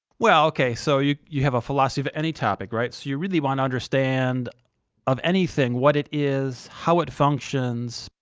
well okay, so you you have a philosophy of any topic, right? so you really want to understand of anything, what it is, how it functions,